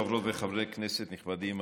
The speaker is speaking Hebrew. חברות וחברי כנסת נכבדים,